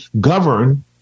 govern